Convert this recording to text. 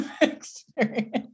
experience